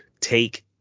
take